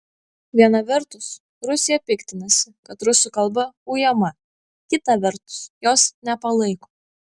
viena vertus rusija piktinasi kad rusų kalba ujama kita vertus jos nepalaiko